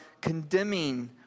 condemning